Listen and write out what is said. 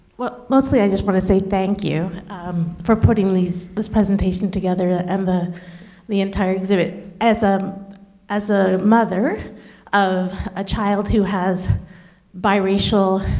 well, mostly i just want to say thank you for putting these this presentation together and the the entire exhibit. as um as a mother of a child who has biracial